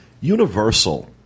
Universal